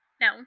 No